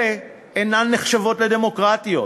אלה אינן נחשבות דמוקרטיות.